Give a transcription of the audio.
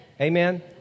Amen